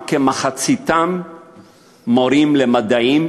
כמחצית מתוכם מורים למדעים,